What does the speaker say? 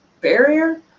barrier